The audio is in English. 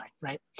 right